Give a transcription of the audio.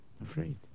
Afraid